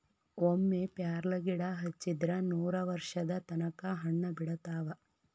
ಒಮ್ಮೆ ಪ್ಯಾರ್ಲಗಿಡಾ ಹಚ್ಚಿದ್ರ ನೂರವರ್ಷದ ತನಕಾ ಹಣ್ಣ ಬಿಡತಾವ